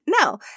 No